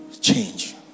Change